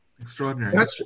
Extraordinary